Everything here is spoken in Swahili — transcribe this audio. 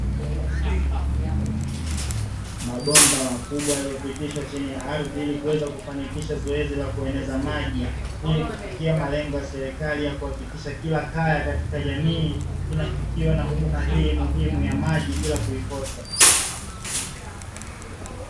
Mabomba makubwa yaliyopitishwa chini ya ardhi ili kuweze kufanikisha zoezi la kueneza maji ili kufikia malengo ya serikali ya kuhakikisha kila kaya katika jamii inafikiwa na huduma hii muhimu ya maji bila kuikosa.